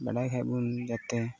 ᱵᱟᱰᱟᱭ ᱠᱷᱟᱱ ᱵᱚᱱ ᱡᱟᱛᱮ